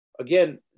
again